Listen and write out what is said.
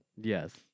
yes